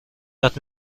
عهد